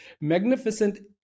magnificent